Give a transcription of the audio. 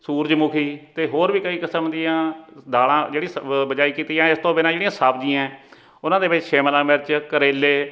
ਸੂਰਜਮੁਖੀ ਅਤੇ ਹੋਰ ਵੀ ਕਈ ਕਿਸਮ ਦੀਆਂ ਦਾਲਾਂ ਜਿਹੜੀ ਸ ਬੀਜਾਈ ਕੀਤੀਆਂ ਇਸ ਤੋਂ ਬਿਨਾਂ ਜਿਹੜੀਆਂ ਸਬਜ਼ੀਆਂ ਉਹਨਾਂ ਦੇ ਵਿੱਚ ਸ਼ਿਮਲਾ ਮਿਰਚ ਕਰੇਲੇ